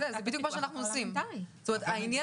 הוועדה,